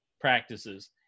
practices